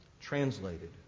Translated